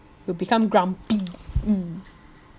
will become grumpy mm